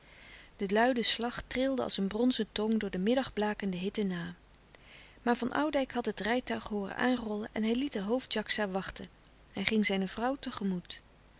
de luide slag trilde als een bronzen tong door de middagblakende hitte na maar van oudijck had het rijtuig hooren aanrollen en hij liet den hoofd djaksa wachten hij ging zijne vrouw